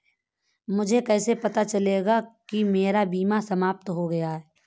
मुझे कैसे पता चलेगा कि मेरा बीमा समाप्त हो गया है?